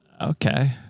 Okay